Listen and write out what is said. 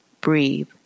Breathe